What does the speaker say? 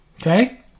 Okay